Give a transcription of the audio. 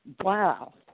Wow